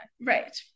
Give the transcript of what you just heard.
Right